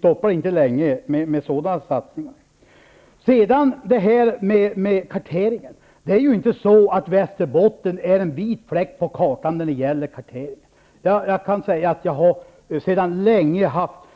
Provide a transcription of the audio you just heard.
Vi stoppar inte länge för sådana satsningar. Det är ju inte så att Västerbotten är en vit fläck på kartan när det gäller karteringen. Jag har sedan länge